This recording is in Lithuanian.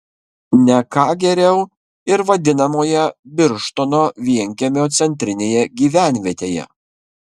ne ką geriau ir vadinamoje birštono vienkiemio centrinėje gyvenvietėje